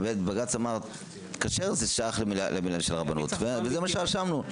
ובג"ץ אמר: כשר זה שייך למינהל של הרבנות וזה מה שרשמנו.